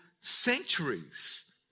centuries